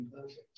perfect